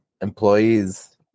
employees